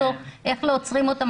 איך לא עוצרים אותם?